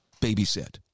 babysit